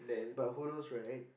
but who knows right